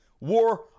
war